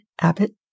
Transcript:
Abbott